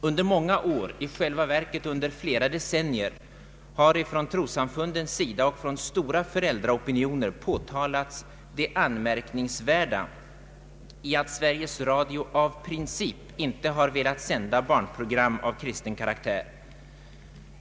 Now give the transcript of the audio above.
Under många år — i själva verket under flera decennier — har från trossamfundens sida och från stora föräldraopinioner påtalats det anmärkningsvärda i att Sveriges Radio av princip inte velat sända barnprogram av kristen karaktär.